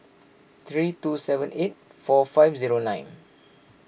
three two seven eight four five zero nine